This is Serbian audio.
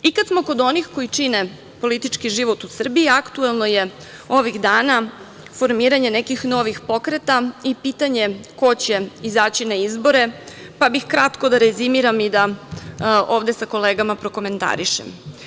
I, kad smo kod onih koji čine politički život u Srbiji aktuelno je ovih dana formiranje nekih novih pokreta i pitanje ko će izaći na izbore, pa bih kratko da rezimiram i da ovde sa kolegama prokomentarišem.